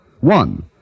One